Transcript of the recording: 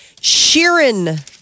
Sheeran